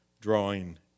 drawing